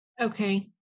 okay